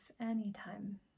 anytime